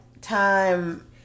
time